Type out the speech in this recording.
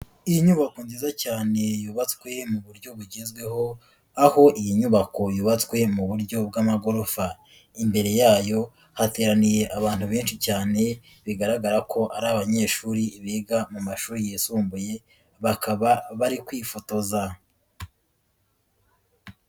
Iyi nyubako nziza cyane yubatswe mu buryo bugezweho, aho iyi nyubako yubatswe mu buryo bw'amagorofa, imbere yayo hateraniye abantu benshi cyane bigaragara ko ari abanyeshuri biga mu mashuri yisumbuye bakaba bari kwifotoza.